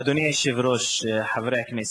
אדוני היושב-ראש, חברי הכנסת,